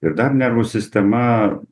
ir dar nervų sistema